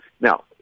Now